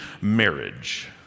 marriage